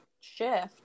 shift